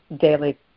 daily